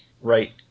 right